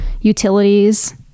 utilities